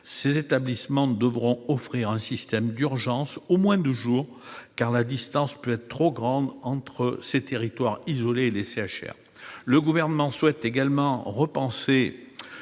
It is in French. ces établissements devront offrir un système d'urgence, au moins de jour, car la distance peut être trop grande entre ces territoires isolés et les CHR. Le Gouvernement souhaite également repenser